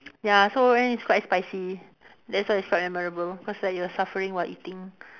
ya so then it's quite spicy that's why it's quite memorable cause like you are suffering while eating